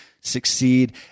succeed